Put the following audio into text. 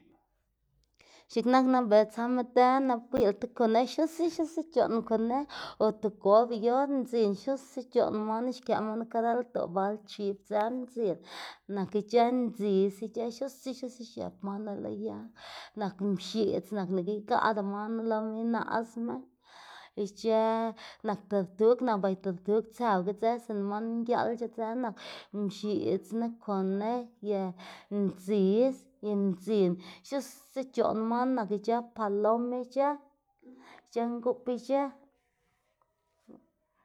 X̱iꞌk nak nap bela tsama dën nap gwiylá ti konej xnuse xnuse c̲h̲oꞌn konej o tigolba yor mdzin xnuse c̲h̲oꞌn manu xkëꞌ manu kareldoꞌ bala chib dze mdzin nak ic̲h̲ë ndzis ic̲h̲ë xnuse xnuse xiëp manu lo yag nak mx̱iꞌdz nak nike igaꞌda man loma inaꞌsma ic̲h̲ë nak tortug nak bay tortug tsëwaga dze sinda man ngiaꞌlc̲h̲e dze nak mx̱iꞌdzna, konej y ndzis y mdzin xnuse c̲h̲oꞌn man nak ic̲h̲ë palom ic̲h̲ë, ic̲h̲ë ngup ic̲h̲ë,